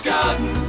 garden